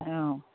অঁ